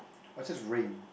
I just rain